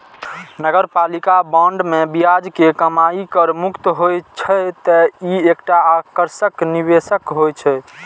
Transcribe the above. नगरपालिका बांड मे ब्याज के कमाइ कर मुक्त होइ छै, तें ई एकटा आकर्षक निवेश होइ छै